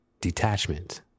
detachment